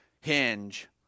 hinge